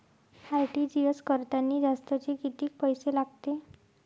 RTGS करतांनी जास्तचे कितीक पैसे लागते?